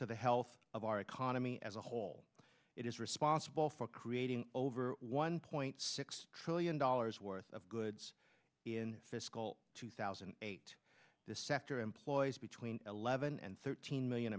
to the health of our economy as a whole it is responsible for creating over one point six trillion dollars worth of goods in fiscal two thousand and eight this sector employees between eleven and thirteen million